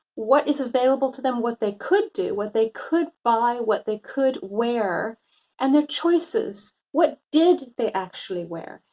what is available to them, what they could do, what they could buy, what they could wear and their choices, what did they actually wear?